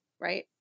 right